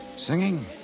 Singing